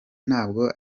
ntabwo